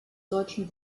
deutschen